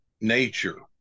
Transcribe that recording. nature